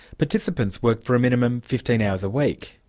participants work for a minimum fifteen hours a week,